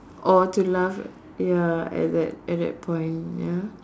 or to laugh ya at that at that point ya